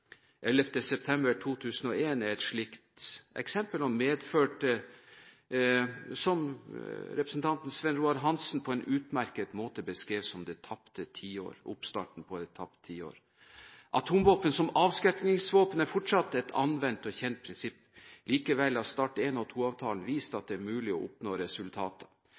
september 2001 er et slikt eksempel og medførte det som representanten Svein Roald Hansen på en utmerket måte beskrev som «det tapte tiår», oppstarten på et tapt tiår. Atomvåpen som avskrekkingsvåpen er fortsatt et anvendt og kjent prinsipp. Likevel har Start I- og Start II-avtalen vist at det er mulig å oppnå